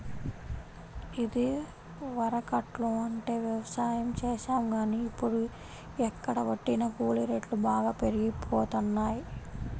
ఇదివరకట్లో అంటే యవసాయం చేశాం గానీ, ఇప్పుడు ఎక్కడబట్టినా కూలీ రేట్లు బాగా పెరిగిపోతన్నయ్